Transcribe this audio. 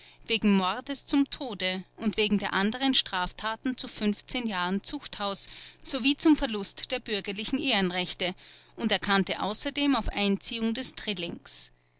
wegen mordes zum tode und wegen der anderen straftaten zu jahren zuchthaus sowie zum verlust der bürgerlichen ehrenrechte und erkannte außerdem auf einziehung des drillings